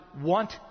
want